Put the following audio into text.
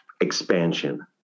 expansion